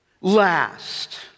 last